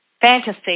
fantasy